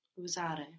usare